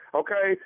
okay